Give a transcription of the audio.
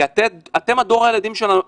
כי אתם דור הילדים שלנו.